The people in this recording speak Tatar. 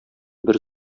бер